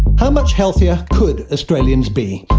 how much healthier could australians be?